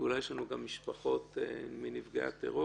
אולי יש לנו גם משפחות מנפגעי הטרור